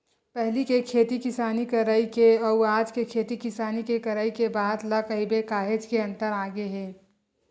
पहिली के खेती किसानी करई के अउ आज के खेती किसानी के करई के बात ल कहिबे काहेच के अंतर आगे हे